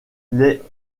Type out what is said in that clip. les